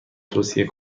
توصیه